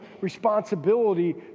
responsibility